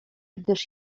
gdyż